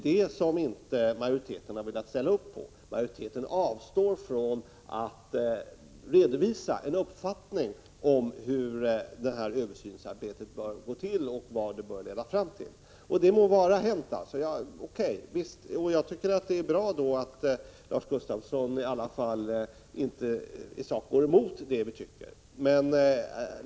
Detta har utskottsmajoriteten inte velat ställa upp på. Majoriteten avstår från att redovisa en uppfattning om hur översynsarbetet bör gå till och vad det bör leda fram till. O.K. — det må vara hänt! Jag tycker det är bra att Lars Gustafsson i alla fall inte i sak går emot det vi för fram.